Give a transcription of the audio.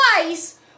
twice